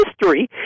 history